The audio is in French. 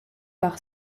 par